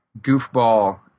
Goofball